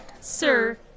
Sir